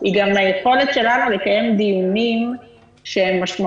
גם ביכולת שלנו לקיים דיונים משמעותיים,